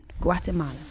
Guatemala